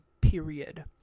period